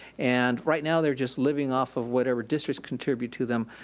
and right now they're just living off of whatever districts contribute to them,